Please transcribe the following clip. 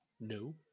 No